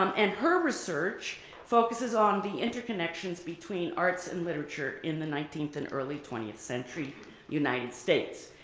um and her research focuses on the interconnections between arts and literature in the nineteenth and early twentieth century united states.